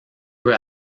peu